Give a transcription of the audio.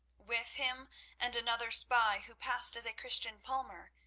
with him and another spy who passed as a christian palmer,